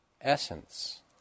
essence